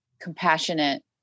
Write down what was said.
compassionate